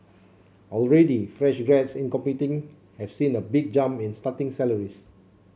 already fresh grads in computing have seen a big jump in starting salaries